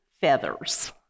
feathers